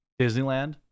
Disneyland